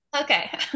Okay